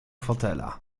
fotela